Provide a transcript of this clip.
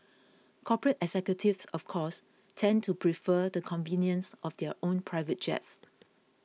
corporate executives of course tend to prefer the convenience of their own private jets